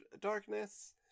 Darkness